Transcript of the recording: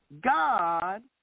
God